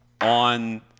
on